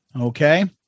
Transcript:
Okay